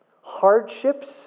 hardships